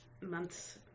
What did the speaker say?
month's